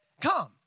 come